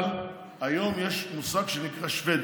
אבל היום יש מושג שנקרא שבדי.